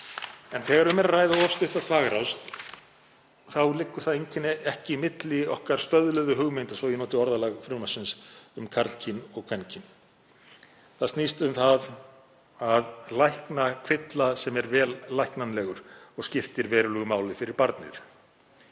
En þegar um er að ræða of stutta þvagrás liggur það einkenni ekki milli okkar stöðluðu hugmynda, svo að ég noti orðalag frumvarpsins um karlkyn og kvenkyn. Það snýst um að lækna kvilla sem er vel læknanlegur og skiptir verulegu máli fyrir barnið.